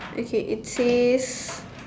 okay it says